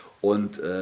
und